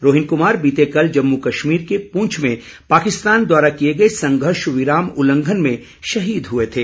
रोहिन कमार बीते कल जम्मू कश्मीर के पूछ में पाकिस्तान द्वारा किए गए संघर्ष विराम उल्लंघन में शहीद हुए थे